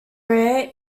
rare